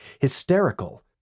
hysterical